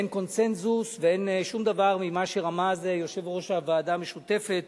אין קונסנזוס ואין שום דבר ממה שרמז יושב-ראש הוועדה המשותפת.